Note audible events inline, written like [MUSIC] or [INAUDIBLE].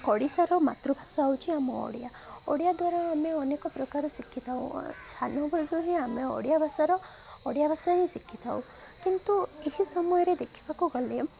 ଓଡ଼ିଶାର ମାତୃଭାଷା ହେଉଛି ଆମ ଓଡ଼ିଆ ଓଡ଼ିଆ ଦ୍ୱାରା ଆମେ ଅନେକ ପ୍ରକାର ଶିଖିଥାଉ [UNINTELLIGIBLE] ହିଁ ଆମେ ଓଡ଼ିଆ ଭାଷାର ଓଡ଼ିଆ ଭାଷା ହିଁ ଶିଖିଥାଉ କିନ୍ତୁ ଏହି ସମୟରେ ଦେଖିବାକୁ ଗଲେ